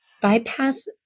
bypass